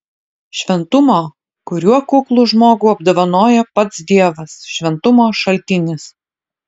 šventumo kuriuo kuklų žmogų apdovanoja pats dievas šventumo šaltinis